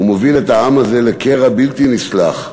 ומוביל את העם הזה לקרע בלתי נסלח,